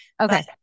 Okay